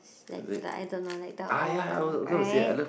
like the I don't know like the older right